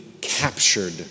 captured